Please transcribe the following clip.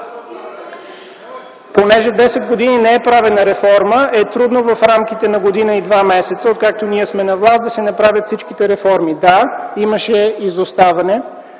Понеже десет години не е правена реформа, е трудно в рамките на година и два месеца, откакто ние сме на власт, да се направят всичките реформи. Да, имаше изоставане.